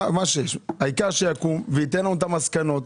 העיקר שיקום וייתן את המסקנות,